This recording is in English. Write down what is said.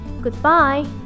Goodbye